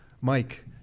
Mike